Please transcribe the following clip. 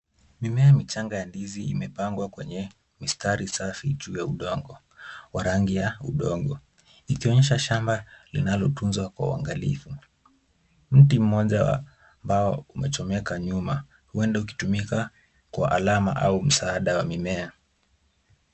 Mimea mchanga wa ndizi imepangwa kwenye mistari safi juu ya udongo, warangi ya udongo ikionyesha shamba linalotunzwa kwa uangalifu. Mti mmoja wa mbao umetumika nyuma, wende ukitumika kwa alama au msaada wa mimea.